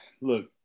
look